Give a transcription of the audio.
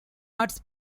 arts